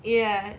ya